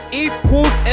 equals